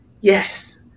Yes